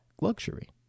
luxury